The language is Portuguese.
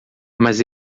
mas